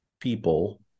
people